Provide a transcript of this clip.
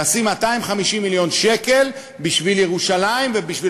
נשים 250 מיליון שקל בשביל ירושלים ובשביל